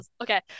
okay